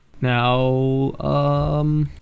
Now